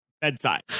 bedside